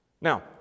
now